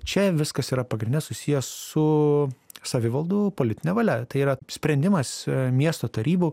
čia viskas yra pagrinde susiję su savivaldų politine valia tai yra sprendimas miesto tarybų